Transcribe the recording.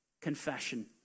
Confession